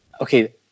okay